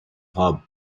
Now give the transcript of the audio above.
hub